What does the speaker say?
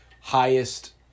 highest